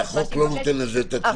והחוק לא נותן לזה תשובה.